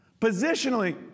positionally